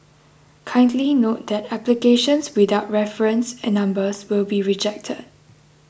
kindly note that applications without reference and numbers will be rejected